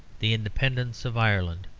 the independence of ireland,